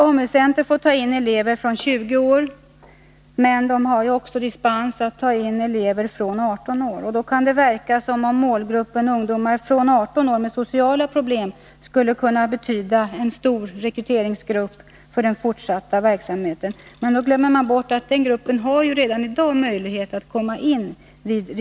AMU-centra får ta in elever från 20 år, men de har dispens när det gäller att ta in elever från 18 år. Det kan verka som om målgruppen ungdomar från 18 år med sociala problem skulle kunna utgöra en stor rekryteringsbas för den fortsatta verksamheten vid riksyrkesskolorna, men man bör komma ihåg att den gruppen redan i dag har möjlighet att komma in där.